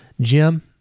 Jim